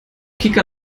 kika